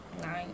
Nine